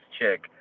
chick